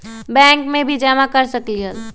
Bank में भी जमा कर सकलीहल?